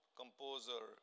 composer